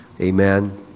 Amen